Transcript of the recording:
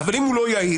אבל אם לא יעיל,